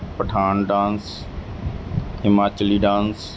Pathan dance Himachali dance